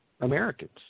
Americans